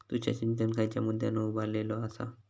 तुषार सिंचन खयच्या मुद्द्यांवर उभारलेलो आसा?